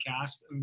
cast